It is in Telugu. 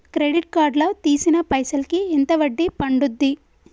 క్రెడిట్ కార్డ్ లా తీసిన పైసల్ కి ఎంత వడ్డీ పండుద్ధి?